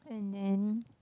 and then